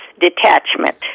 detachment